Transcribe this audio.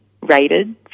rated